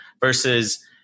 versus